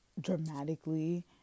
dramatically